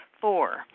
Four